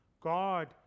God